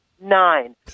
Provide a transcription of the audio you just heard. nine